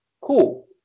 Cool